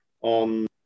on